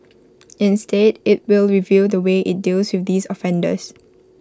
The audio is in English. instead IT will review the way IT deals with these offenders